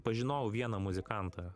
pažinojau vieną muzikantą